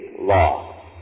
law